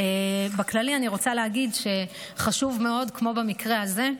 בכללי אני רוצה להגיד שחשוב מאוד, כמו במקרה הזה,